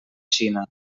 xina